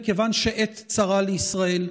מכיוון שעת צרה לישראל.